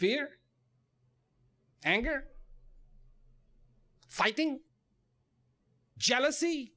fear anger fighting jealousy